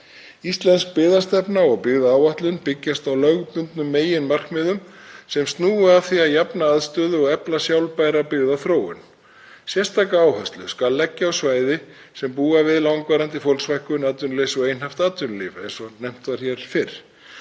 Íslensk byggðastefna og byggðaáætlun byggjast á lögbundnum meginmarkmiðum sem snúa að því að jafna aðstöðu og efla sjálfbæra byggðaþróun. Sérstaka áherslu skal leggja á svæði sem búa við langvarandi fólksfækkun, atvinnuleysi og einhæft atvinnulíf, eins og nefnt var hér fyrr.